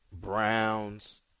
Browns